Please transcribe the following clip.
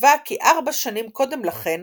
כתבה כי ארבע שנים קודם לכן